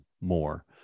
more